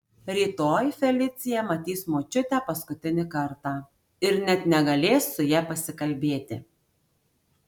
rytoj felicija matys močiutę paskutinį kartą ir net negalės su ja pasikalbėti